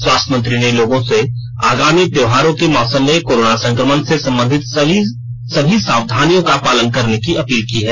स्वास्थ्य मंत्री ने लोगों से आगामी त्योहारों के मौसम में कोरोना संक्रमण से संबंधित सभी सावधानियों का पालन करने की अपील की है